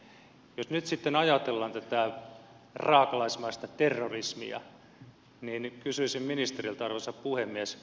jos nyt sitten ajatellaan tätä raakalaismaista terrorismia niin kysyisin ministeriltä arvoisa puhemies